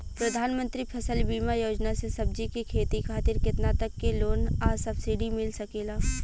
प्रधानमंत्री फसल बीमा योजना से सब्जी के खेती खातिर केतना तक के लोन आ सब्सिडी मिल सकेला?